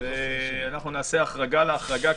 ונעשה החרגה על החרגה,